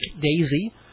Daisy